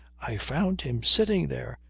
i found him sitting there,